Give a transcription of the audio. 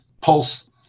pulse